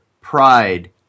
Pride